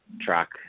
track